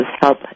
help